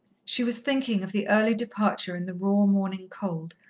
she was thinking of the early departure in the raw morning cold,